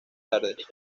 tardes